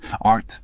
art